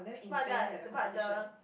but like but the